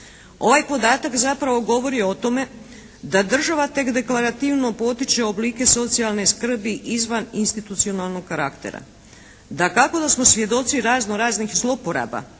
Ovaj podatak zapravo govori o tome da država tek deklarativno potiče oblike socijalne skrbi izvaninstitucionalnog karaktera. Dakako da smo svjedoci razno raznih zloporaba,